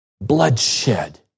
bloodshed